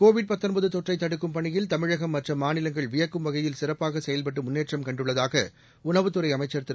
Covid தொற்றை தடுக்கும் பணியில் தமிழகம் மற்ற மாநிலங்கள் வியக்கும் வகையில் சிறப்பாக செயல்பட்டு முன்னேற்றம் கண்டுள்ளதாக உணவுத்துறை அமைச்சர் திரு